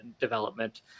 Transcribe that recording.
development